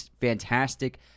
fantastic